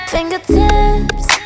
Fingertips